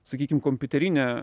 sakykim kompiuterine